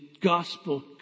gospel